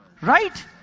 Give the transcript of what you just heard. right